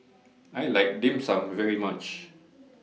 I like Dim Sum very much